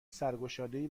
سرگشادهای